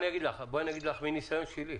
אגיד לך מניסיון שלי.